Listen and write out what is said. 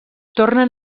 tornen